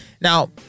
Now